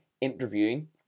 interviewing